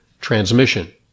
transmission